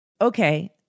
Okay